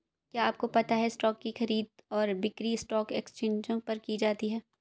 क्या आपको पता है स्टॉक की खरीद और बिक्री स्टॉक एक्सचेंजों पर की जाती है?